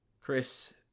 Chris